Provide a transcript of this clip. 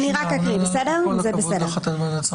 עם כל הכבוד לך, תן לוועדת שרים.